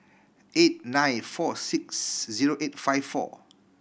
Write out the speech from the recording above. eight nine four six zero eight five four